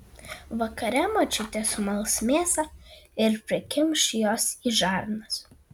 vakare močiutė sumals mėsą ir prikimš jos į žarnas